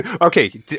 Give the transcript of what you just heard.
Okay